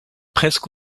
presque